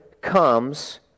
comes